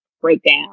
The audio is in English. breakdown